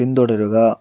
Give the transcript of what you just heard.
പിന്തുടരുക